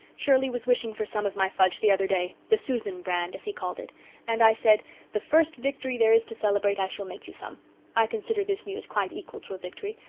shirley was wishing for some of my fudge the other day the susan brand, as he called it and i said the first victory there is to celebrate i shall make you some i consider this news quite equal to a victory,